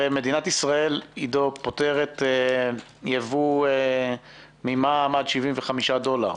הרי מדינת ישראל פוטרת יבוא ממע"מ עד 75 דולר.